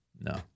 no